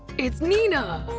it's nina!